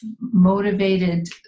motivated